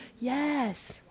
yes